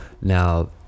now